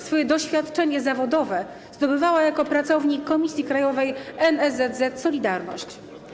Swoje doświadczenie zawodowe zdobywała jako pracownik Komisji Krajowej NSZZ „Solidarność”